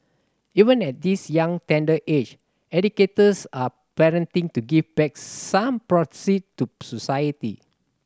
even at this young tender age educators are partnering to give back some proceed to society